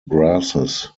grasses